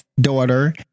daughter